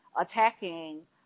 attacking